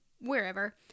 wherever